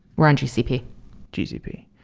we're on gcp gcp.